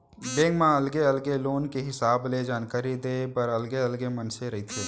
bank म अलगे अलगे लोन के हिसाब ले जानकारी देय बर अलगे अलगे मनसे रहिथे